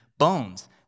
bones